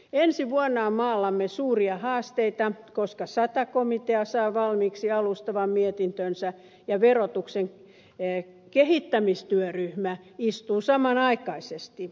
ensi vuonna on maallamme suuria haasteita koska sata komitea saa valmiiksi alustavan mietintönsä ja verotuksen kehittämistyöryhmä istuu samanaikaisesti